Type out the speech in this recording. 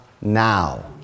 Now